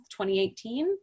2018